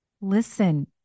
listen